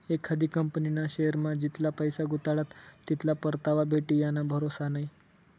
एखादी कंपनीना शेअरमा जितला पैसा गुताडात तितला परतावा भेटी याना भरोसा नै